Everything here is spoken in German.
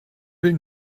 will